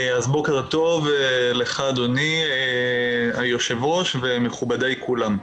בוקר טוב לך, אדוני היושב ראש, ומכובדיי כולם.